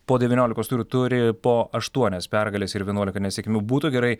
po devyniolikos turų turi po aštuonias pergales ir vienuolika nesėkmių būtų gerai